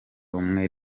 umwe